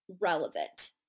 relevant